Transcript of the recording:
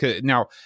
Now